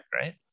right